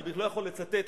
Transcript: ואני לא יכול לצטט,